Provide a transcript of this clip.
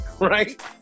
right